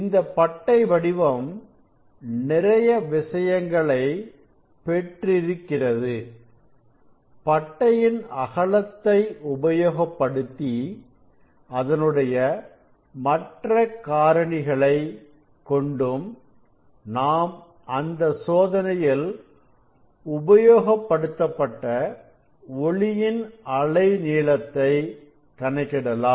இந்த பட்டை வடிவம் நிறைய விஷயங்களை பெற்றிருக்கிறது பட்டையின் அகலத்தை உபயோகப்படுத்தி அதனுடைய மற்ற காரணிகளை கொண்டும் நாம் அந்த சோதனையில் உபயோகப்படுத்தப்பட்ட ஒளியின் அலை நீளத்தை கணக்கிடலாம்